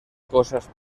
cosas